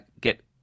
get